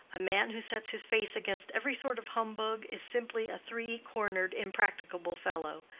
a man who sets his face against every sort of humbug is simply a three-cornered, impracticable fellow.